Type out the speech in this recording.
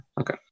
Okay